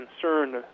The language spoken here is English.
concerned